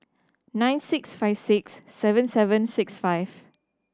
nine six five six seven seven six five